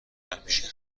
هنرپیشه